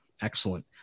Excellent